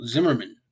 Zimmerman